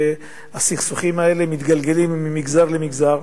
שהסכסוכים האלה מתגלגלים ממגזר למגזר,